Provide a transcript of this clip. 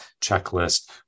checklist